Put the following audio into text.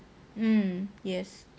um yes